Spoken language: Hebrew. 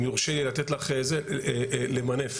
אם יורשה לי לתת לך המלצה, למנף.